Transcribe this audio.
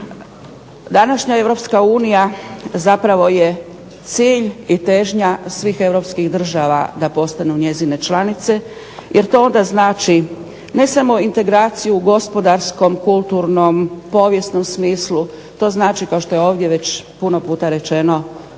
Današnja EU zapravo je cilj i težnja svih europskih država da postanu njezine članice jer to onda znači ne samo integraciju u gospodarskom, kulturnom, povijesnom smislu, to znači kao što je ovdje već puno puta rečeno